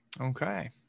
Okay